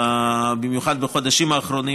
במיוחד בחודשים האחרונים,